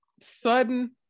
Sudden